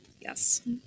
yes